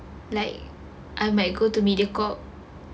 like I might go to mediacorp